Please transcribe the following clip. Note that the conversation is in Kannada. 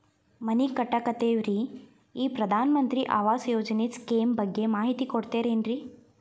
ಮನಿ ಕಟ್ಟಕತೇವಿ ರಿ ಈ ಪ್ರಧಾನ ಮಂತ್ರಿ ಆವಾಸ್ ಯೋಜನೆ ಸ್ಕೇಮ್ ಬಗ್ಗೆ ಮಾಹಿತಿ ಕೊಡ್ತೇರೆನ್ರಿ?